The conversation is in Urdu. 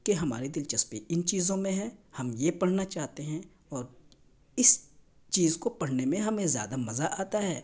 کہ ہماری دلچسپی ان چیزوں میں ہے ہم یہ پڑھنا چاہتے ہیں اور اس چیز کو پڑھنے میں ہمیں زیادہ مزہ آتا ہے